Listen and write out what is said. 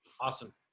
Awesome